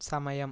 సమయం